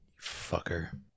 fucker